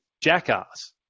Jackass